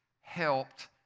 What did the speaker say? helped